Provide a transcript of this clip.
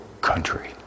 country